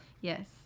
Yes